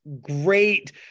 great